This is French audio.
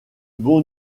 bon